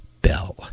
Bell